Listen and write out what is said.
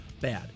bad